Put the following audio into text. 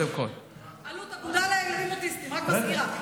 אלו"ט, אגודה לילדים אוטיסטים, אני רק מזכירה.